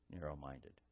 narrow-minded